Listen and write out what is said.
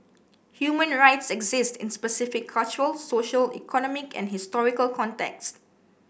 human rights exist in specific cultural social economic and historical contexts